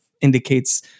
indicates